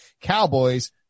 Cowboys